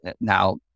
now